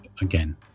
again